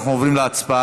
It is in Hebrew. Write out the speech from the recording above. אנחנו עוברים להצבעה.